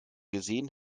gesehen